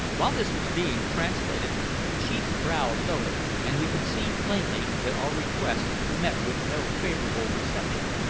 while this was being translated the chief's brow lowered, and we could see plainly that our request met with no favourable reception.